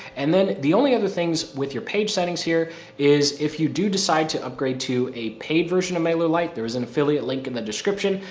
and then the only other things with your page settings here is if you do decide to upgrade to a paid version of mailer light, there's an affiliate link in the description.